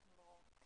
ברור.